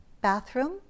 bathroom